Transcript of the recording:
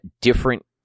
different